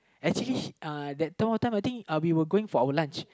actually uh that point of time I think uh we were going for our lunch